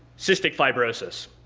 cystic fibrosis.